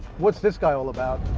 what's this guy all about?